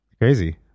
Crazy